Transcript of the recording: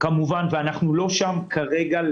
ואנחנו לא שם כרגע,